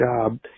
job